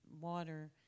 water